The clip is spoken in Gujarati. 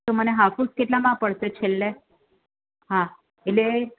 તો મને હાફૂસ કેટલામાં પડશે છેલ્લે હા એટલે